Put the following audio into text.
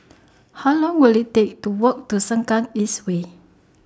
How Long Will IT Take to Walk to Sengkang East Way